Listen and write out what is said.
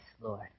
Lord